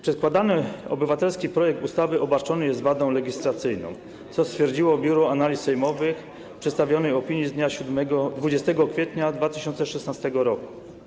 Przedkładany obywatelski projekt ustawy obarczony jest wadą legislacyjną, co stwierdziło Biuro Analiz Sejmowych w przedstawionej opinii z dnia 20 kwietnia 2016 r.